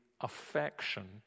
affection